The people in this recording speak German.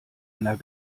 einer